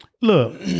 look